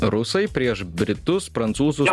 rusai prieš britus prancūzus